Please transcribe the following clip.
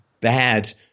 bad